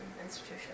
institution